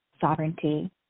sovereignty